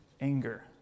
anger